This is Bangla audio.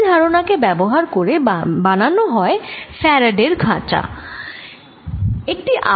এই ধারণা কে ব্যাবহার করে বানানো হয় ফ্যারাডের খাঁচা Faraday's cage